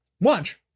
watch